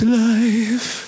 life